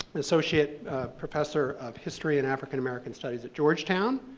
associate professor of history and african-american studies at georgetown,